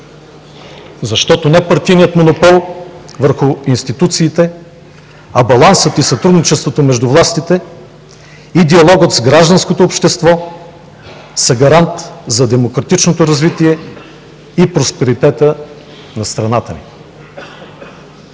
защото не партийният монопол върху институциите, а балансът и сътрудничеството между властите и диалогът с гражданското общество са гарант за демократичното развитие и просперитета на страната ни.